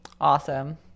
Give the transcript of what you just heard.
Awesome